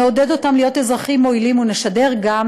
נעודד אותם להיות אזרחים מועילים ונשדר גם